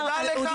תודה לך,